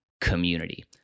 community